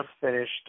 finished